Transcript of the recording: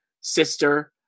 sister